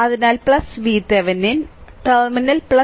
അതിനാൽ VThevenin ഏറ്റുമുട്ടൽ terminal 16